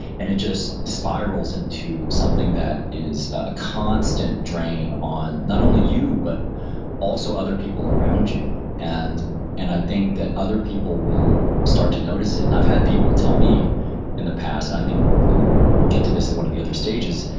and it just spirals into something that is a constant drain on not only you but also other people around you and and i think that other people will start to notice it. and i've had people tell me in the past, and i think we'll get to this at one of the other stages,